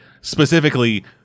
specifically